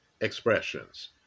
expressions